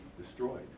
destroyed